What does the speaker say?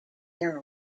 their